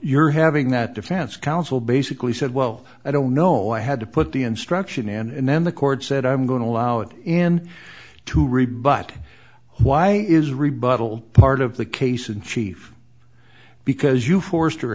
you're having that defense counsel basically said well i don't know i had to put the instruction and then the court said i'm going to allow it and to rebut why is rebuttal part of the case in chief because you for